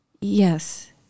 Yes